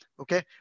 okay